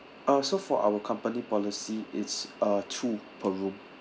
uh so for our company policy it's uh two per room